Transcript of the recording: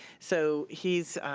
so he's,